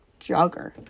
Jogger